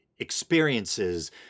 Experiences